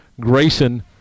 Grayson